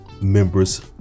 members